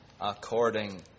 according